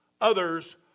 others